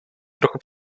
trochu